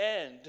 end